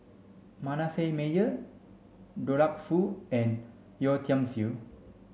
Manasseh Meyer Douglas Foo and Yeo Tiam Siew